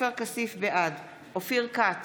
בעד אופיר כץ,